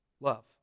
love